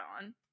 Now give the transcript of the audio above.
on